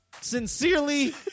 Sincerely